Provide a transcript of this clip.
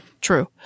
true